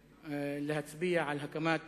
להצביע על הקמת